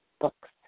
books